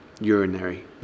urinary